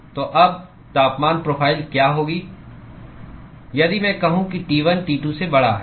तो अब तापमान प्रोफ़ाइल क्या होगी यदि मैं कहूं कि T1 T2 से बड़ा है